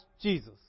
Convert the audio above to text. Jesus